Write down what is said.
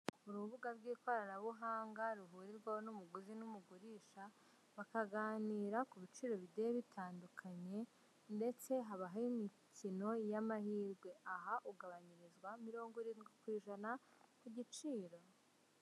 Urubuga rw'ikoranabuhanga, ruhurirwaho n'umuguzi n'umugurisha, bakaganira ku biciro bigiye bitandukanye, ndetse habaho imikino y'amahirwe. Aha ugabanyirizwa mirongo irindwi ku ijana, ku giciro.